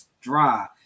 dry